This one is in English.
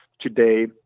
today